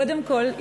קודם כול,